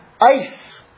ice